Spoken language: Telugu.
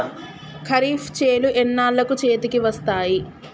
ఖరీఫ్ చేలు ఎన్నాళ్ళకు చేతికి వస్తాయి?